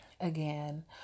again